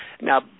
Now